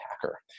hacker